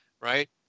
right